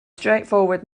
straightforward